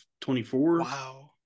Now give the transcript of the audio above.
24